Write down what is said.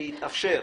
שיתאפשר,